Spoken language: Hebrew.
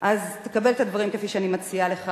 אז תקבל את הדברים כפי שאני מציעה לך.